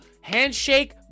handshake